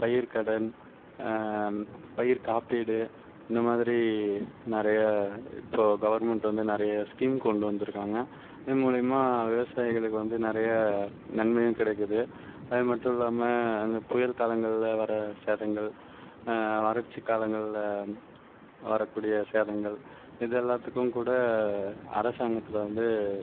பயிர் கடன் பயிர் காப்பீடு இந்தமாதிரி நிறைய இப்போ கவர்மண்ட் வந்து நிறைய ஸ்கிம் கொண்டு வந்துருக்காங்கள் இதன் மூலிமா விவசாயிகளுக்கு வந்து நிறைய நன்மையும் கிடைக்குது அது மட்டும் இல்லாமல் அந்த புயல் காலங்களில் வர சேதங்கள் வறட்சி காலங்களில் வரக்கூடிய சேதங்கள் இது எல்லாத்துக்கும் கூட அரசாங்கத்தில் வந்து